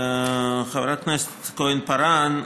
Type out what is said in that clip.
חברת הכנסת כהן-פארן,